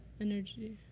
energy